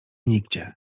nigdzie